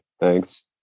thanks